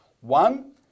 One